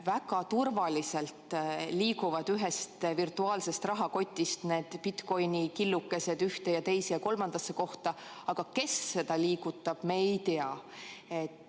väga turvaliselt liiguvad ühest virtuaalsest rahakotist needbitcoin'ide killukesed ühte ja teise ja kolmandasse kohta, aga kes seda liigutab, me ei tea.